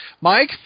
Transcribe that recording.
Mike